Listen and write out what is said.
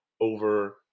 over